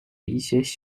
一些